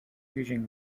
vision